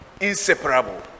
inseparable